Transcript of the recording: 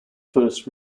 first